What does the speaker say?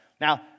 Now